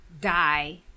die